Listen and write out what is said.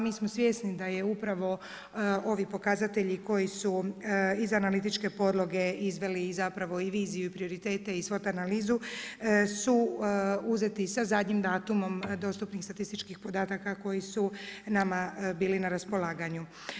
Mi smo svjesni da upravo ovi pokazatelji koji su iz analitičke podloge izveli zapravo i viziju i prioritete i swot analizu su uzeti sa zadnjim datumom dostupnih statističkih podataka koji su nama bili na raspolaganju.